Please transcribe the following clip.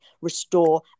restore